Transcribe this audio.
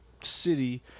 city